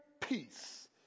peace